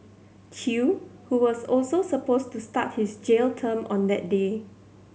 Chew who was also supposed to start his jail term on that day